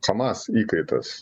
hamas įkaitas